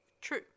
True